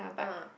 ah